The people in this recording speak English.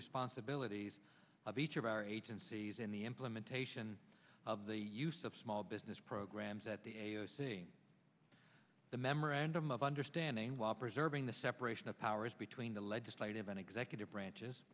responsibilities of each of our agencies in the implementation of the use of small business programs at the a o seeing the memorandum of understanding while preserving the separation of powers between the legislative and executive branches